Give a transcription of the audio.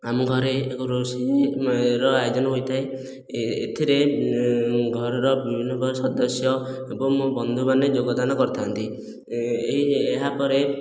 ଆମ ଘରେ ଏକ ରୋଷେଇ ର ଆୟୋଜନ ହୋଇଥାଏ ଏ ଏଥିରେ ଘରର ବିଭିନ୍ନ ପ୍ରକାର ସଦସ୍ୟ ଏବଂ ମୋ ବନ୍ଧୁମାନେ ଯୋଗ ଦାନ କରିଥାନ୍ତି ଏହାପରେ